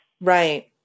Right